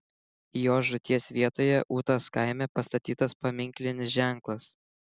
jo žūties vietoje ūtos kaime pastatytas paminklinis ženklas